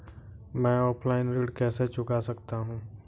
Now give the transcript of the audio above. मैं ऑफलाइन ऋण कैसे चुका सकता हूँ?